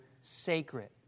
sacred